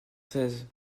seize